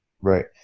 Right